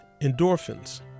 endorphins